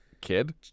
Kid